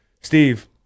Steve